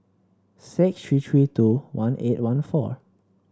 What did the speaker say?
six three three two one eight one four